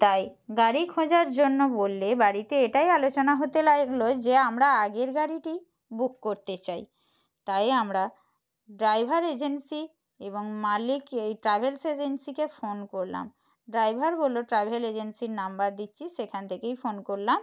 তাই গাড়ি খোঁজার জন্য বললে বাড়িতে এটাই আলোচনা হতে লাইগলো যে আমরা আগের গাড়িটি বুক করতে চাই তাই আমরা ড্রাইভার এজেন্সি এবং মালিক এই ট্রাভেলস এজেন্সিকে ফোন করলাম ড্রাইভার বললো ট্রাভেল এজেন্সির নাম্বার দিচ্ছি সেখান থেকেই ফোন করলাম